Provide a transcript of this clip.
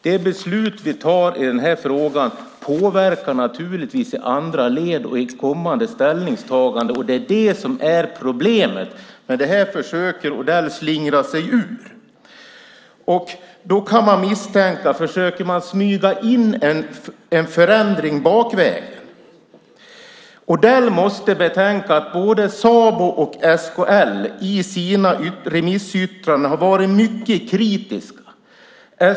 Det beslut vi tar i frågan påverkar naturligtvis i andra led och i kommande ställningstaganden, och det är det som är problemet. Det försöker dock Odell slingra sig ur. Då är det lätt att misstänka att man försöker smyga in en förändring bakvägen. Odell måste betänka att både Sabo och SKL i sina remissyttranden har varit mycket kritiska.